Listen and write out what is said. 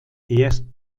erst